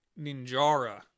Ninjara